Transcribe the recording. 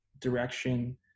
direction